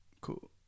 Cool